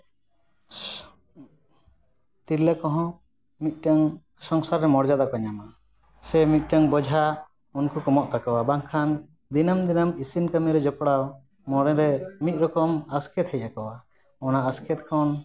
ᱛᱤᱨᱞᱟᱹ ᱠᱚᱦᱚᱸ ᱢᱤᱫᱴᱟᱹᱝ ᱥᱚᱝᱥᱟᱨ ᱨᱮ ᱢᱚᱨᱡᱟᱫᱟ ᱠᱚ ᱧᱟᱢᱟ ᱥᱮ ᱢᱤᱫᱴᱟᱹᱝ ᱵᱚᱡᱷᱟ ᱩᱱᱠᱩ ᱠᱚᱢᱚᱜ ᱛᱟᱠᱚᱣᱟ ᱵᱟᱝᱠᱷᱟᱱ ᱫᱤᱱᱟᱹᱢ ᱫᱤᱱᱟᱹᱢ ᱤᱥᱤᱱ ᱠᱟᱹᱢᱤ ᱨᱮ ᱡᱚᱯᱲᱟᱣ ᱢᱚᱱᱮ ᱨᱮ ᱢᱤᱫ ᱨᱚᱠᱚᱢ ᱟᱥᱠᱮᱛ ᱦᱮᱡ ᱟᱠᱚᱣᱟ ᱚᱱᱟ ᱟᱥᱠᱮᱛ ᱠᱷᱚᱱ